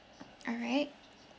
all right